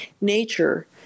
nature